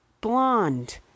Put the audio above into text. Blonde